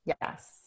Yes